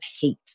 hate